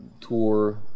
tour